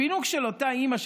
הפינוק של אותה אימא,